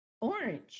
orange